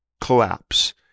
collapse